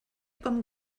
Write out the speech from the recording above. com